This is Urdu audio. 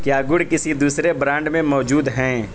کیا گڑ کسی دوسرے برانڈ میں موجود ہیں